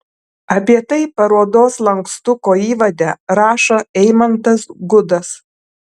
apie tai parodos lankstuko įvade rašo eimantas gudas